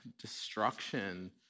destruction